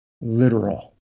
literal